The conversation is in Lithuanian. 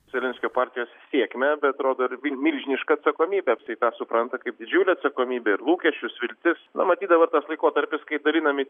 zelesnkio partijos sėkmę tai atrodo ir milžiniška atsakomybė jisai tą supranta kaip didžiulę atsakomybę ir lūkesčius viltis na matyt dabar tas laikotarpis kai dalinami